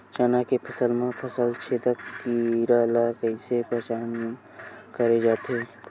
चना के फसल म फल छेदक कीरा ल कइसे पहचान करे जाथे?